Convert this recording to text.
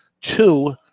Two